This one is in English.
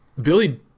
Billy